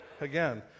again